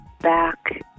back